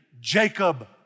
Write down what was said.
Jacob